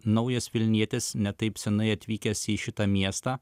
naujas vilnietis ne taip seniai atvykęs į šitą miestą